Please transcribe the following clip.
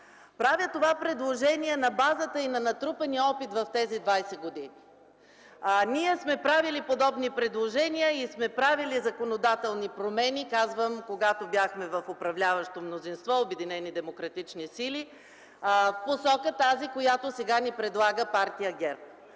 Правя това предложение на базата и на натрупания опит в тези 20 години. Ние сме правили подобни предложения и сме правили законодателни промени, когато бяхме управляващо мнозинство – Обединени демократични сили, в посока – тази, която сега ни предлага Партия ГЕРБ.